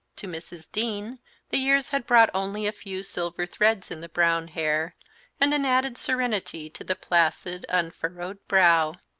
to mrs. dean the years had brought only a few silver threads in the brown hair and an added serenity to the placid, unfurrowed brow.